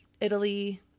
Italy